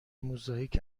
موزاییک